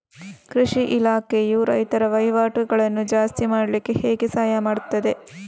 ಕೃಷಿ ಇಲಾಖೆಯು ರೈತರ ವಹಿವಾಟುಗಳನ್ನು ಜಾಸ್ತಿ ಮಾಡ್ಲಿಕ್ಕೆ ಹೇಗೆ ಸಹಾಯ ಮಾಡ್ತದೆ?